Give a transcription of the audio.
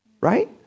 right